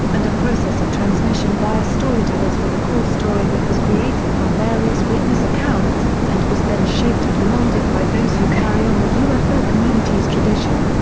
and a process of transmission via storytellers with a core story that was created from various witness accounts, and was then shaped and molded by those who carry on the ufo community's tradition.